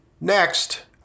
Next